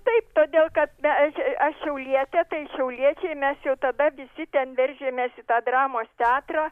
taip todėl kad aš šiaulietė tai šiauliečiai mes jau tada visi ten veržėmės į tą dramos teatrą